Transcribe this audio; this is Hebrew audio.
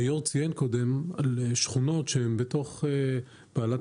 היו"ר ציין קודם על שכונות שהם בתוך בעלת